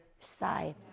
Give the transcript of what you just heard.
side